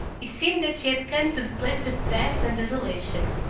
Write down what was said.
it seemed that she had come to the place of death and desolation.